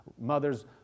mothers